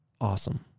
awesome